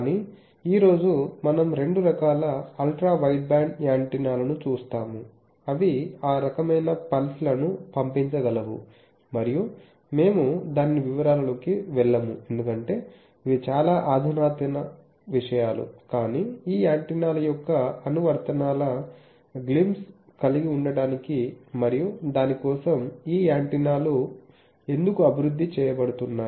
కానీ ఈ రోజు మనం రెండు రకాల అల్ట్రా వైడ్బ్యాండ్ యాంటెన్నాలను చూస్తాము అవి ఆ రకమైన పల్స్ లను పంపించగలవు మరియు మేము దాని వివరాలలోకి వెళ్ళము ఎందుకంటే ఇవి చాలా అధునాతన విషయాలు కానీ ఈ యాంటెన్నాల యొక్క అనువర్తనాల గ్లింప్స్ కలిగి ఉండటానికి మరియు దాని కోసం ఈ యాంటెనాలు ఎందుకు అభివృద్ధి చేయబడుతున్నాయి